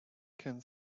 can